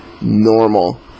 normal